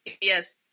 Yes